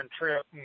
trip